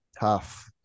tough